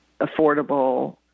affordable